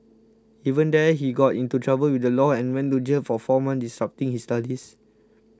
even there he got into trouble with the law and went to jail for four months disrupting his studies